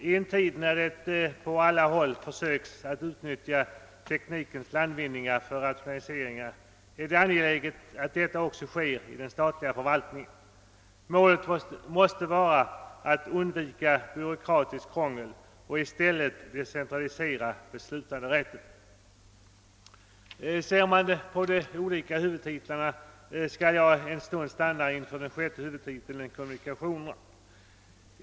I en tid när man på alla håll försöker utnyttja teknikens landvinningar för rationaliseringar är det angeläget att detta också sker i den statliga förvaltningen. Målet måste vara att undvika byråkratiskt krångel och att i stället decentralisera beslutanderätten. Jag skall en stund uppehålla mig vid sjätte huvudtiteln, d.v.s. kommunikationshuvudtiteln.